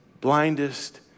blindest